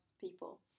people